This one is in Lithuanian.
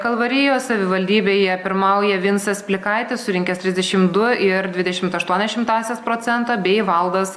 kalvarijos savivaldybėje pirmauja vincas plikaitis surinkęs trisdešimt du ir dvidešimt aštuonias šimtąsias procento bei valdas